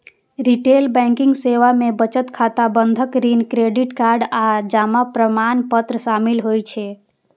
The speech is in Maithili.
रिटेल बैंकिंग सेवा मे बचत खाता, बंधक, ऋण, क्रेडिट कार्ड आ जमा प्रमाणपत्र शामिल होइ छै